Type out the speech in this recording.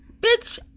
Bitch